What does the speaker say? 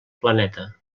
planeta